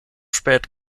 spät